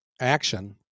action